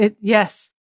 Yes